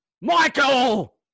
Michael